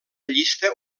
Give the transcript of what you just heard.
llista